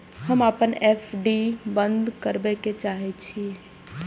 हम अपन एफ.डी बंद करबा के चाहे छी